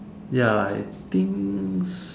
ya I think